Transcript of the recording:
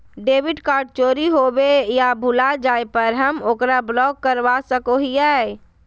debit card चोरी होवे या भुला जाय पर हम ओकरा ब्लॉक करवा सको हियै